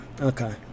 Okay